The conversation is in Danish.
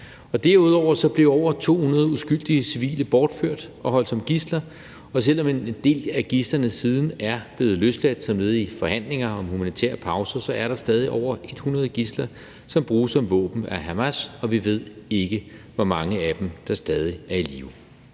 Derudover blev over 200 uskyldige civile bortført og holdt som gidsler, og selv om en del af gidslerne siden er blevet løsladt som led i forhandlinger om humanitær pause, er der stadig over 100 gidsler, som bruges som våben af Hamas, og vi ved ikke, hvor mange af dem der stadig er i live.